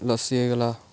ଲସି ହେଇଗଲା